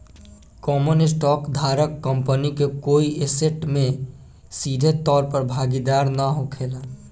common stock धारक company के कोई ऐसेट में सीधे तौर पर भागीदार ना होखेला